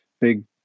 big